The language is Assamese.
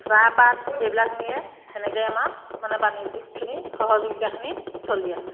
চাহপাত এইবিলাক নিয়ে এনেকৈ আমাৰ মানে বাণিজ্যিকখিনি সহযোগিতাখিনি চলি আছে